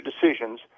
decisions